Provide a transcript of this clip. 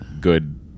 good